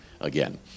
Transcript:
again